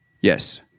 Yes